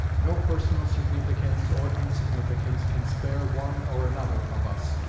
no personal significance, or insignificance, can spare one or another of us.